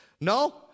No